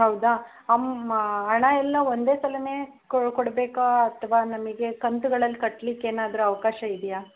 ಹೌದಾ ಅಮ್ ಹಣ ಎಲ್ಲ ಒಂದೇ ಸಲ ಕೊಡಬೇಕೋ ಅಥವಾ ನಮಗೆ ಕಂತುಗಳಲ್ಲಿ ಕಟ್ಲಿಕ್ಕೆ ಏನಾದ್ರೂ ಅವಕಾಶ ಇದೆಯಾ